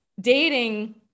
dating